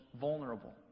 vulnerable